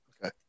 Okay